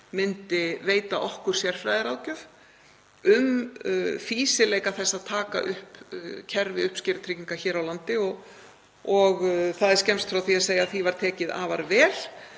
myndi veita okkur sérfræðiráðgjöf um fýsileika þess að taka upp kerfi uppskerutrygginga hér á landi. Það er skemmst frá því að segja að því var tekið afar vel